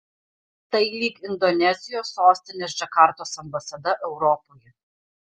tai lyg indonezijos sostinės džakartos ambasada europoje